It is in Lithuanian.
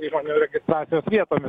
įmonių registracijos vietomis